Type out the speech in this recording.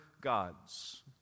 gods